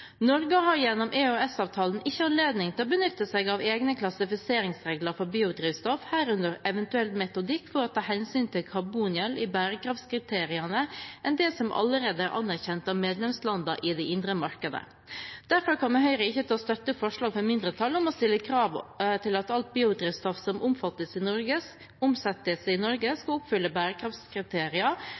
Norge har gjennom EØS-avtalen ikke anledning til å benytte seg av egne klassifiseringsregler for biodrivstoff, herunder eventuell metodikk for å ta hensyn til karbongjeld i bærekraftskriteriene, enn det som allerede er anerkjent av medlemslandene i det indre markedet. Derfor kommer Høyre ikke til å støtte forslaget fra mindretallet om å stille krav til at alt biodrivstoff som omsettes i Norge, skal oppfylle bærekraftskriterier,